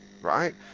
right